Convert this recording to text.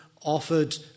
offered